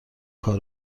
کار